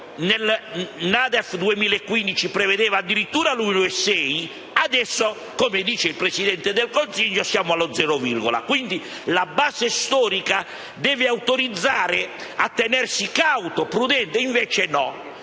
DEF 2015 prevedeva addirittura l'1,6. Adesso, come dice il Presidente del Consiglio, siamo allo "zero virgola". Quindi, la base storica deve autorizzare a tenersi cauti, prudenti; e invece no.